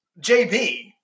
JB